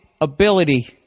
ability